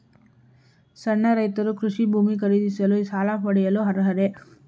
ಸಣ್ಣ ರೈತರು ಕೃಷಿ ಭೂಮಿ ಖರೀದಿಸಲು ಸಾಲ ಪಡೆಯಲು ಅರ್ಹರೇ?